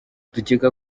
dukeka